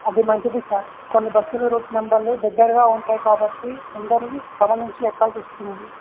అది మంచిది సార్ కొన్ని బస్సులు రూట్ నెంబర్లు దగ్గరగా ఉంటాయి కాబట్టి అందరూ గమనించి ఎక్కల్సి వస్తుంది